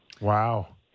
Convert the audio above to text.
Wow